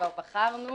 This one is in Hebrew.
כבר בחרנו